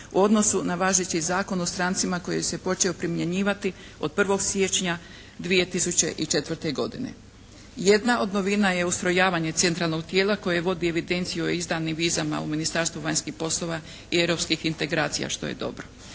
u odnosu na važeći Zakon o strancima koji se počeo primjenjivati od 1. siječnja 2004. godine. Jedna od novina je ustrojavanje centralnog tijela koje vodi evidenciju o izdanim vizama u Ministarstvu vanjskih poslova i europskih integracija što je dobro.